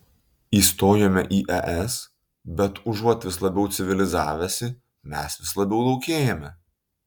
įstojome į es bet užuot vis labiau civilizavęsi mes vis labiau laukėjame